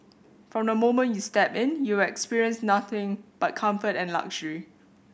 from the moment you step in you will experience nothing but comfort and luxury